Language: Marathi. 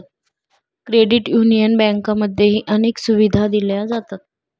क्रेडिट युनियन बँकांमध्येही अनेक सुविधा दिल्या जातात